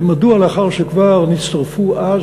מדוע לאחר שכבר הצטרפו אז,